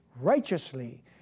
righteously